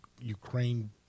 Ukraine